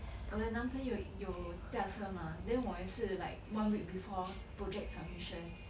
我的男朋友有驾车 mah then 我也是 like one week before project submission